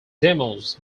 demos